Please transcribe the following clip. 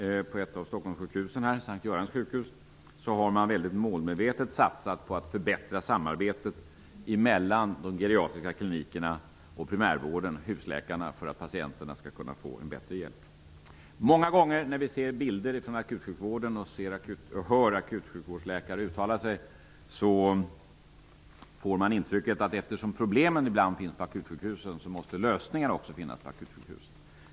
På ett av Stockholmssjukhusen, S:t Görans sjukhus, har man mycket målmedvetet satsat på att förbättra samarbetet mellan de geriatriska klinikerna och primärvården, husläkarna, för att patienterna skall kunna få bättre hjälp. Många gånger när vi ser bilder från akutsjukvården och hör akutsjukvårdsläkare uttala sig får man intrycket att eftersom problemen ibland finns på akutsjukhusen måste lösningarna också finnas på akutsjukhusen.